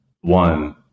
one